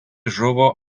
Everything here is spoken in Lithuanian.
žuvo